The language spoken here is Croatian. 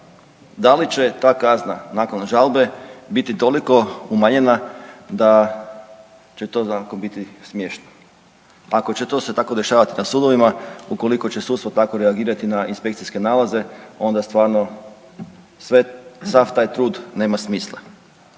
da li će ta kazna nakon žalbe biti toliko umanjena da će to svakako biti smiješno. Ako će to se tako dešavati na sudovima ukoliko će sudstvo tako reagirati na inspekcijske nalaze, onda stvarno sve, sav taj trud nema smisla.